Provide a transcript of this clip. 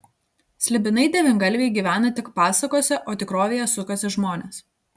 slibinai devyngalviai gyvena tik pasakose o tikrovėje sukasi žmonės